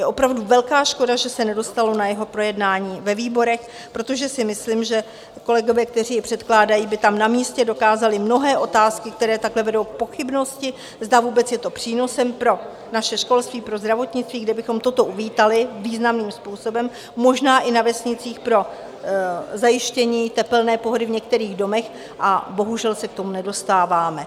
Je opravdu velká škoda, že se nedostalo na jeho projednání ve výborech, protože si myslím, že kolegové, kteří předkládají, by tam na místě dokázali mnohé otázky, které takhle vedou k pochybnosti, zda vůbec je to přínosem pro naše školství, pro zdravotnictví, kde bychom toto uvítali významným způsobem, možná i na vesnicích pro zajištění tepelné pohody v některých domech, a bohužel se k tomu nedostáváme.